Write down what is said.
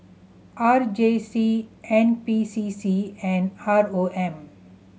R J C N P C C and R O M